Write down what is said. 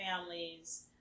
families